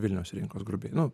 vilniaus rinkos grubiai nu